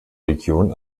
region